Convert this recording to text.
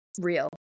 real